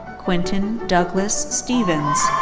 quinton douglas stephens.